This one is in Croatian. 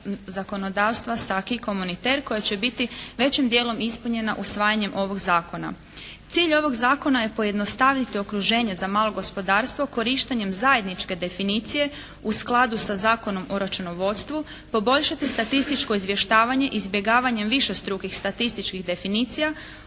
zakonodavstva s Acqui Communitaire koja će biti većim dijelom ispunjena usvajanjem ovog zakona. Cilj ovog zakona je pojednostaviti okruženje za malo gospodarstvo korištenje zajedničke definicije u skladu sa Zakonom o računovodstvu. Poboljšati statističko izvještavanje izbjegavanjem višestrukih statističkih definicija,